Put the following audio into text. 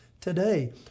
today